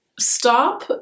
stop